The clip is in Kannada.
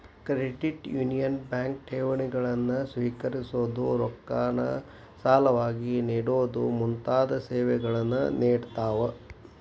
ಕ್ರೆಡಿಟ್ ಯೂನಿಯನ್ ಬ್ಯಾಂಕ್ ಠೇವಣಿಗಳನ್ನ ಸ್ವೇಕರಿಸೊದು, ರೊಕ್ಕಾನ ಸಾಲವಾಗಿ ನೇಡೊದು ಮುಂತಾದ ಸೇವೆಗಳನ್ನ ನೇಡ್ತಾವ